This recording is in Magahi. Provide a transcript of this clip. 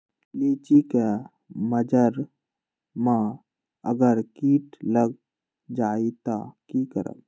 लिचि क मजर म अगर किट लग जाई त की करब?